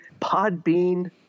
Podbean